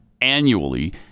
annually